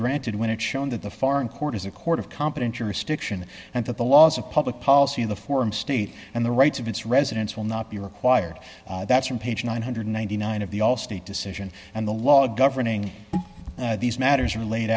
granted when it's shown that the foreign court is a court of competent jurisdiction and that the laws of public policy in the form state and the rights of its residents will not be required that's from page one hundred and ninety nine of the all state decision and the law governing these matters are laid